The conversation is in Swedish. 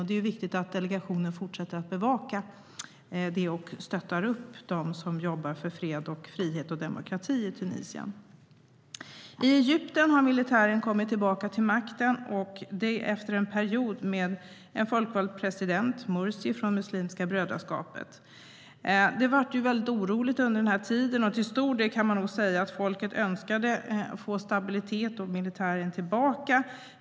Det är viktigt att delegationen fortsätter att bevaka det och stöttar dem som jobbar för fred, frihet och demokrati i Tunisien. I Egypten har militären kommit tillbaka till makten efter en period med den folkvalde presidenten Mursi från Muslimska brödraskapet. Det blev mycket oroligt under denna tid, och till stor del kan man nog säga att folket önskade få stabilitet och militären tillbaka.